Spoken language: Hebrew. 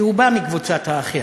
כי הוא בא מקבוצת האחר,